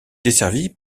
desservie